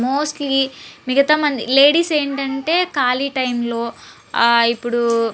mostly మిగతా మంది ladies ఏంటంటే ఖాళీ టైంలో ఇప్పుడు